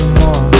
more